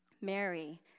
Mary